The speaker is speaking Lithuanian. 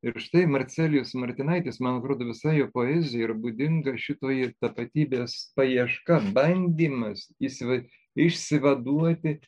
ir štai marcelijus martinaitis man atrodo visa jo poezija yra būdinga šitai tapatybės paieška bandymas įsve išsivaduoti